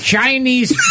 Chinese